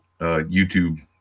YouTube